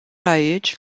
aici